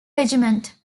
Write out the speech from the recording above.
regiment